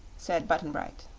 said button-bright.